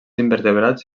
invertebrats